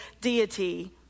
deity